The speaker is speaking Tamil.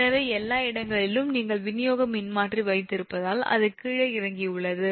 எனவே எல்லா இடங்களிலும் நீங்கள் விநியோக மின்மாற்றி வைத்திருப்பதால் அது கீழே இறங்கியுள்ளது